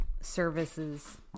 services